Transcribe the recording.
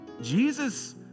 Jesus